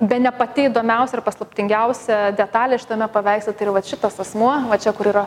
bene pati įdomiausia ir paslaptingiausia detalė šitame paveiksle tai ir vat šitas asmuo va čia kur yra